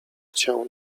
cię